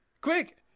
Quick